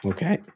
Okay